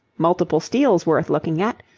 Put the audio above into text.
multiple steel's worth looking at.